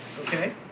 okay